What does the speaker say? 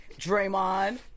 Draymond